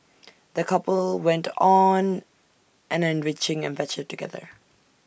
the couple went on an enriching adventure together